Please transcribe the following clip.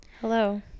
Hello